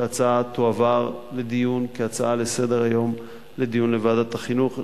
שההצעה תועבר לדיון כהצעה לסדר-היום בוועדת החינוך.